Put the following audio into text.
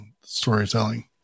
storytelling